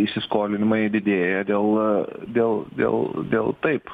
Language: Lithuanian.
įsiskolinimai didėja dėl dėl dėl dėl taip